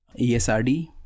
ESRD